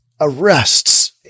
arrests